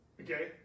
Okay